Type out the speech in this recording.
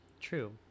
True